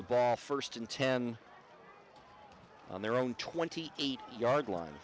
ball first in ten on their own twenty eight yard line